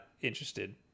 interested